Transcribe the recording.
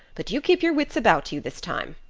but you keep your wits about you this time.